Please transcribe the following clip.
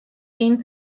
egin